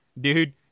dude